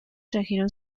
trajeron